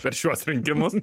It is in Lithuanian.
per šiuos rinkimus